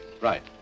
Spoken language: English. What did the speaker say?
Right